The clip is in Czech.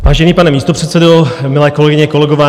Vážený pane místopředsedo, milé kolegyně, kolegové.